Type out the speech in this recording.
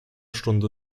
stunde